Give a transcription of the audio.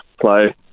play